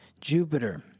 Jupiter